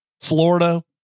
Florida